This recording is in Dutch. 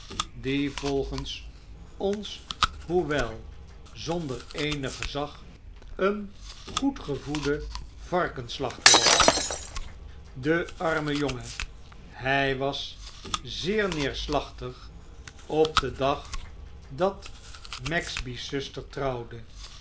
die volgens ons hoewel zonder eenig gezag een goed gevoede varkensslachter was de armejongen hy was zeer neerslachtig op den dag dat maxby's zuster trouwde